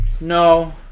No